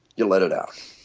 you let it out.